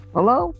Hello